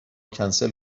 کنسل